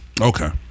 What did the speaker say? Okay